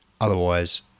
otherwise